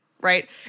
Right